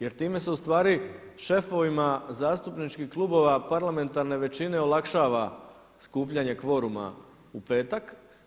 Jer time se u stvari šefovima zastupničkih klubova parlamentarne većine olakšava skupljanje kvoruma u petak.